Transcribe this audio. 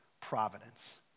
providence